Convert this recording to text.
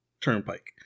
Turnpike